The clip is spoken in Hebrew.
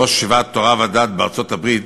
ראש ישיבת "תורה ודעת" בארצות-הברית,